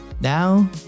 Now